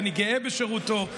ואני גאה בשירותו,